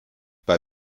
bei